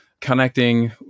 connecting